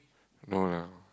no lah